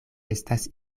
estas